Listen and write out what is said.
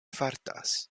fartas